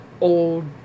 old